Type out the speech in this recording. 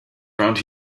around